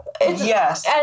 yes